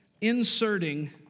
inserting